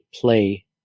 play